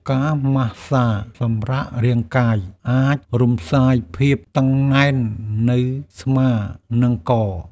ការម៉ាស្សាសម្រាករាងកាយ អាចរំសាយភាពតឹងណែននៅស្មា និងក។